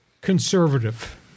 conservative